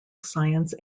science